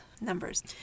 numbers